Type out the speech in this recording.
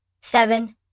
Seven